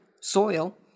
soil